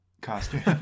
costume